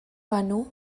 banu